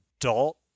adult